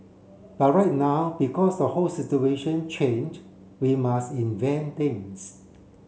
but right now because the whole situation change we must invent things